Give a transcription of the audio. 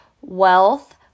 wealth